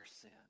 sin